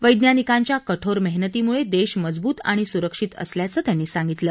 वक्तानिकांच्या कठोर मेहनतीमुळे देश मजबूत आणि सुरक्षित असल्याचं त्यांनी सांगितलं